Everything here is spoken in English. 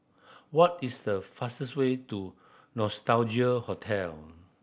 what is the fastest way to Nostalgia Hotel